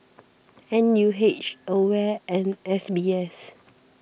N U H Aware and S B S